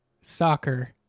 Soccer